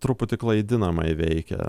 truputį klaidinamai veikė